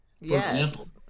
yes